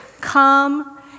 Come